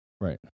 right